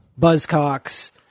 Buzzcocks